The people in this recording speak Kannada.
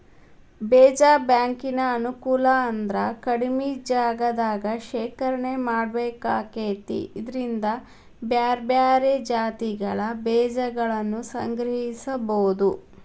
ಬೇಜ ಬ್ಯಾಂಕಿನ ಅನುಕೂಲ ಅಂದ್ರ ಕಡಿಮಿ ಜಗದಾಗ ಶೇಖರಣೆ ಮಾಡ್ಬೇಕಾಕೇತಿ ಇದ್ರಿಂದ ಬ್ಯಾರ್ಬ್ಯಾರೇ ಜಾತಿಗಳ ಬೇಜಗಳನ್ನುಸಂಗ್ರಹಿಸಬೋದು